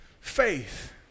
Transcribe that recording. faith